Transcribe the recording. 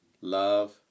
Love